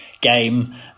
game